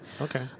Okay